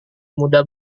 mudah